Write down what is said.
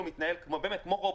שמתנהל כמו רובוט,